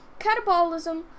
Catabolism